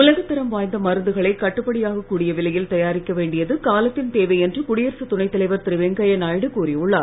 உலகத்தரம் வாய்ந்த மருந்துகளை கட்டுபடியாகக் கூடிய விலையில் வேண்டியது காலத்தின் தேவை என்று குடியரசுத் தயாரிக்க துணைத்தலைவர் திரு வெங்கைய நாயுடு கூறியுள்ளார்